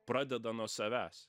pradeda nuo savęs